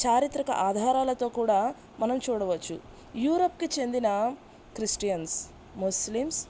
చారిత్రక ఆధారాలతో కూడా మనం చూడవచ్చు యూరప్కి చెందిన క్రిస్టియన్స్ ముస్లిమ్స్